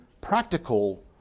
practical